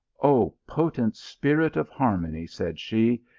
o potent spirit of harmony, said she,